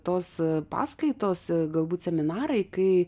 tos paskaitos galbūt seminarai kai